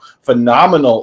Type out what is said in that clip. phenomenal